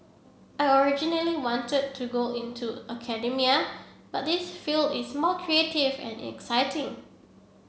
I originally wanted to go into academia but this field is more creative and exciting